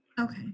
Okay